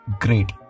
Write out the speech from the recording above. Great